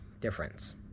difference